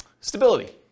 stability